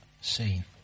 seen